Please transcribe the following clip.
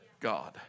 God